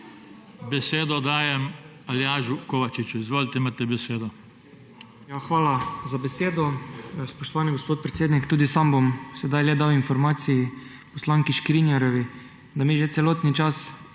Besedo dajem Aljažu Kovačiču. Izvolite, imate besedo. **ALJAŽ KOVAČIČ (PS LMŠ):** Hvala za besedo, spoštovani gospod podpredsednik. Tudi sam bom sedaj le dal informacijo poslanki Škrinjar, da mi že celotni čas